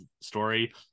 story